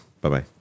Bye-bye